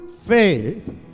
faith